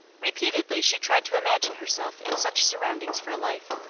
repeatedly she tried to imagine herself in such surroundings for life,